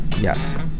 yes